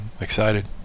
excited